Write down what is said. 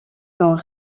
sont